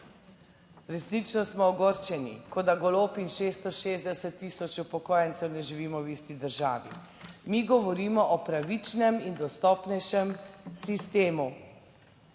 resnično smo ogorčeni, kot da Golob in 660 tisoč upokojencev ne živimo v isti državi. Mi govorimo o pravičnem in dostopnejšem sistemu.